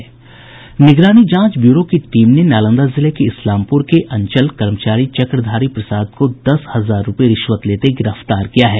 निगरानी जांच ब्यूरो की टीम ने नालंदा जिले के इस्लामपुर के अंचल कर्मचारी चक्रधारी प्रसाद को दस हजार रूपये रिश्वत लेते गिरफ्तार किया है